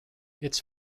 its